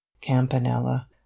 campanella